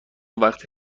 وقتی